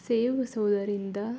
ಸೇವುಸುವುದರಿಂದ